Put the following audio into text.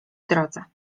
drodze